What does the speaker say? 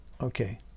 okay